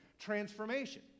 transformation